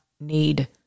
need